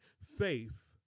Faith